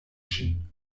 ŝin